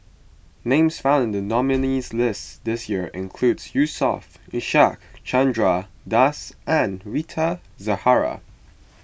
names found in the nominees' list this year include Yusof Ishak Chandra Das and Rita Zahara